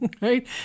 Right